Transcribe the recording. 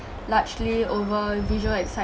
largely over visual